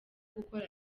gukora